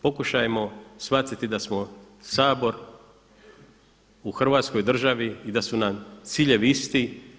Pokušajmo shvatiti da smo Sabor u Hrvatskoj državi i da su nam ciljevi isti.